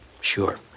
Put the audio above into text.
sure